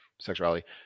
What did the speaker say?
sexuality